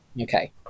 Okay